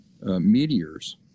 meteors